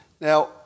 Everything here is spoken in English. Now